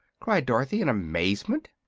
cried dorothy, in amazement.